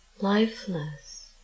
lifeless